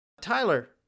Tyler